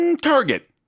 target